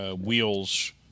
wheels